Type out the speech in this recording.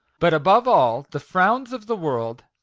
but, above all, the frowns of the world,